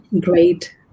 great